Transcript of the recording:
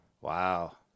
Wow